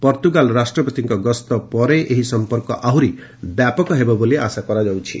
Portugal ରାଷ୍ଟପତିଙ୍କ ଗସ୍ତ ପରେ ଏହି ସଂପର୍କ ଆହୁରି ବ୍ୟାପକ ହେବ ବୋଲି ଆଶା କରାଯାଉଛି